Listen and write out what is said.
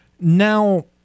Now